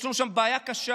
יש לנו שם בעיה קשה,